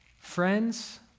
Friends